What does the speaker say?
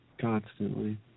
Constantly